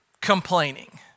complaining